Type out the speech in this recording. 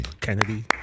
Kennedy